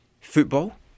football